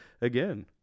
again